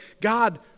God